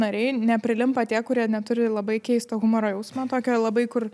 nariai neprilimpa tie kurie neturi labai keisto humoro jausmo tokio labai kur